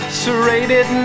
serrated